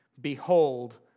Behold